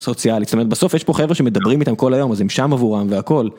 סוציאלית בסוף יש פה חברה שמדברים איתם כל היום אז הם שם עבורם והכל.